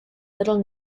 little